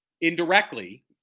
indirectly